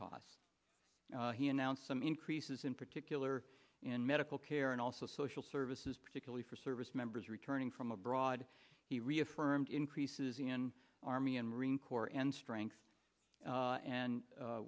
costs he announced some increases in particular in medical care and also social services particularly for service members returning from abroad he reaffirmed increases in army and marine corps and strength and